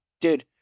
Dude